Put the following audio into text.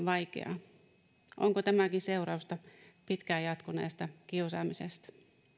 vaikeaa onko tämäkin seurausta pitkään jatkuneesta kiusaamisesta